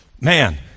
man